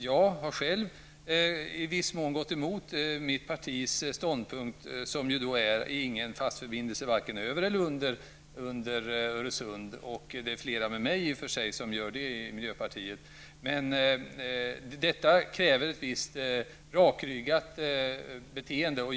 Jag har själv i viss mån gått emot mitt partis ståndpunkt, vilken är ingen fast förbindelser, varken över eller under Öresund. Det är flera med mig som gör det i miljöpartiet. Men det kräver ett visst rakryggat beteende.